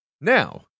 Now